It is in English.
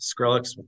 Skrillex